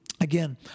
Again